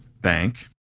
bank